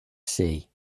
see